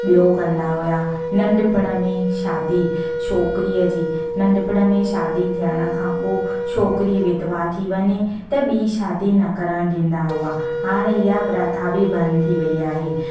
ॿियो कंदा हुया नंढपिण में शादी छोकिरीअ जी नंढपिण में शादी थियण खां पोइ छोकिरी विधवा थी वञे त ॿी शादी न करणु ॾींदा हुआ हाणे इहा प्रथा बि बंदि थी वई आहे